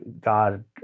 God